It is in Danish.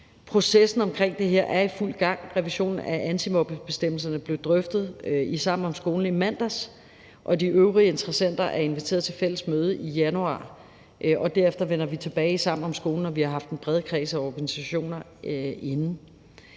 Processen omkring det her er i fuld gang. Revisionen af antimobbebestemmelserne blev drøftet i Sammen om skolen i mandags, og de øvrige interessenter er inviteret til fælles møde i januar, og derefter vender vi tilbage i Sammen om skolen, når vi har haft den brede kreds af organisationer inde.